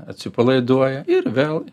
atsipalaiduoja ir vėl